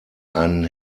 einen